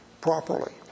properly